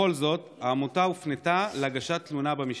בכל זאת, העמותה הופנתה להגשת תלונה במשטרה.